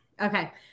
Okay